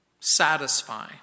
Satisfy